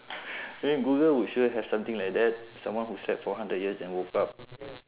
then google would sure have something like that someone who slept for hundred years and woke up